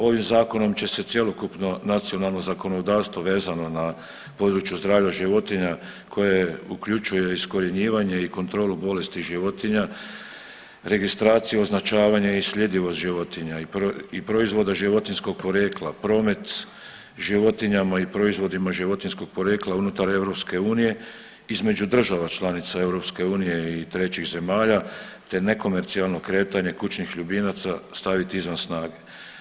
Ovim zakonom će se cjelokupno nacionalno zakonodavstvo vezano na području zdravlja životinja koje uključuje iskorjenjivanje i kontrolu bolesti životinja, registraciju označavanje i sljedivost životinja i proizvoda životinjskog porijekla, promet životinjama i proizvodima životinjskog porijekla unutar EU između država članica EU i trećih zemalja te nekomercijalno kretanje kućnih ljubimaca staviti izvan snage.